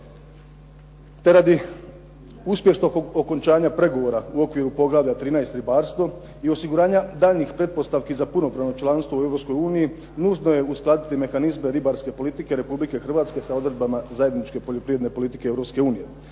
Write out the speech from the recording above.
i radi uspješnog okončanja pregovora u okviru poglavlja 13. – Ribarstvo i osiguranja daljnjih pretpostavki za punopravno članstvo u Europskoj uniji, nužno je uskladiti mehanizme ribarske politike Republike Hrvatske sa odredbama zajedničke poljoprivredne politike